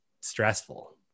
stressful